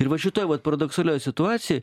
ir va šitoj vat paradoksalioj situacijoj